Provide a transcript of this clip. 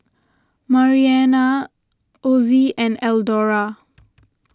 Marianna Osie and Eldora